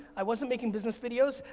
i wasn't making business videos.